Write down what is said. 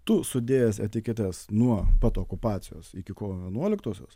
tu sudėjęs etiketes nuo pat okupacijos iki kovo vienuoliktosios